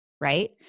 right